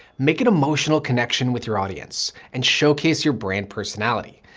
make an emotional connection with your audience and showcase your brand personality.